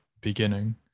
beginning